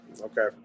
Okay